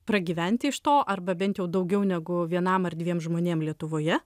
pragyventi iš to arba bent jau daugiau negu vienam ar dviem žmonėm lietuvoje